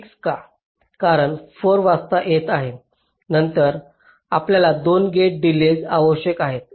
कारण 4 वाजता येत आहे नंतर आपल्याला दोन गेट डिलेज आवश्यक आहेत